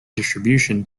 distribution